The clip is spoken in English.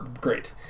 great